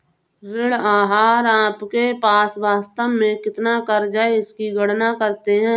ऋण आहार आपके पास वास्तव में कितना क़र्ज़ है इसकी गणना करते है